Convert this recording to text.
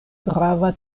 grava